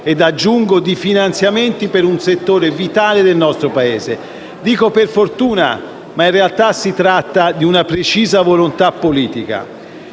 e - aggiungo - di finanziamenti per un settore vitale del nostro Paese. Dico «per fortuna», ma in realtà si tratta di una precisa volontà politica.